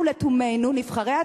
אנחנו, נבחרי הציבור,